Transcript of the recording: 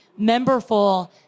Memberful